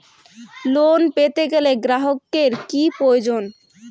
Loan পেতে গেলে গ্রাহকের কি প্রয়োজন?